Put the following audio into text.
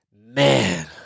man